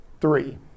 three